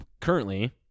currently